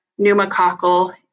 pneumococcal